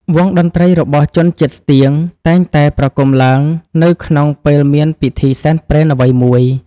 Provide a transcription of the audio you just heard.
វង់តន្ដ្រីរបស់ជនជាតិស្ទៀង តែងតែប្រគំឡើងនៅក្នុងពេលមានពិធីសែនព្រេនអ្វីមួយ។